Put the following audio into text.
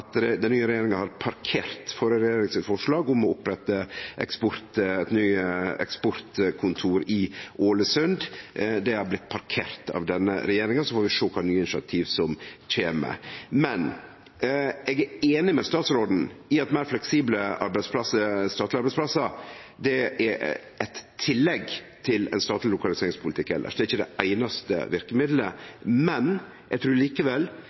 den nye regjeringa har parkert forslaget frå den førre regjeringa om å opprette nytt eksportkontor i Ålesund – det er blitt parkert av denne regjeringa. Så får vi sjå kva nye initiativ som kjem. Men eg er einig med statsråden i at meir fleksible statlege arbeidsplassar er eit tillegg til den statlege lokaliseringspolitikken, det er ikkje det einaste verkemiddelet. Likevel trur eg